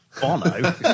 Bono